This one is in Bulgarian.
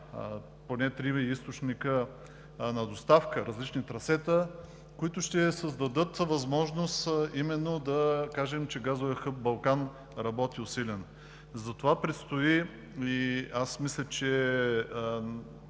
поне три източника на доставка, различни трасета, които именно ще създадат възможност да кажем, че газовият хъб „Балкан“ работи усилено. Това предстои – и аз мисля, че